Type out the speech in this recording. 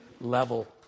level